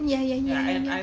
ya ya ya